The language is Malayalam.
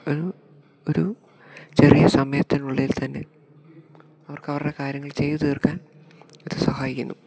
ഒരു ഒരു ചെറിയ സമയത്തിനുള്ളിൽ തന്നെ അവർക്ക് അവരുടെ കാര്യങ്ങൾ ചെയ്ത് തീർക്കാൻ ഇത് സഹായിക്കുന്നു